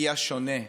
הוא השונה.